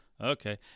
Okay